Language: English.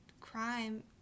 crime